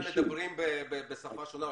אנחנו מדברים בשפה שונה,